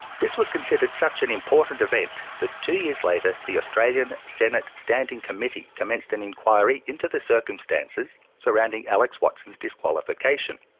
this was considered such an important event that two years later the australian senate standing committee commenced an inquiry into the circumstances surrounding alex watson's disqualification.